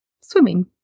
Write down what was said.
swimming